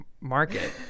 market